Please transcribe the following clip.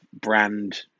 brand